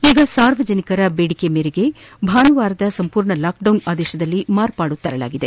ಈಗ ಸಾರ್ವಜನಿಕ ದೇಡಿಕೆ ಮೇರೆಗೆ ಭಾನುವಾರದ ಸಂಪೂರ್ಣ ಲಾಕ್ ಡೌನ್ ಆದೇಶದಲ್ಲಿ ಮಾರ್ಪಾಡು ತರಲಾಗಿದೆ